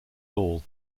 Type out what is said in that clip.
hall